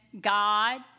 God